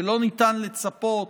ולא ניתן לצפות